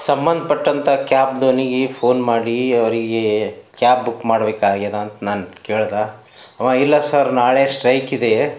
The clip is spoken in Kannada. ಸಂಬಂಧಪಟ್ಟಂಥ ಕ್ಯಾಬ್ದವ್ನಿಗೆ ಫೋನ್ ಮಾಡಿ ಅವರಿಗೆ ಕ್ಯಾಬ್ ಬುಕ್ ಮಾಡ್ಬೇಕಾಗ್ಯದಾ ಅಂತ ನಾನು ಕೇಳ್ದಾ ಅವ ಇಲ್ಲ ಸರ್ ನಾಳೆ ಸ್ಟ್ರೈಕಿದೆ